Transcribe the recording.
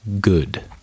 good